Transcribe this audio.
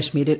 കശ്മീരിൽ